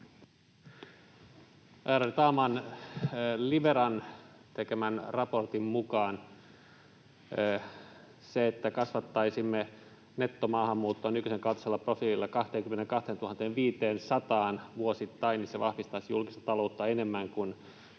Ärade talman! Liberan tekemän raportin mukaan se, että kasvattaisimme nettomaahanmuuttoa nykyisen kaltaisella profiililla 22 500:aan vuosittain, vahvistaisi julkista taloutta enemmän kuin